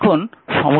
এখন সমস্যা নম্বর 13